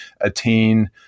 attain